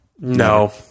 No